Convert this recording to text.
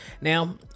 now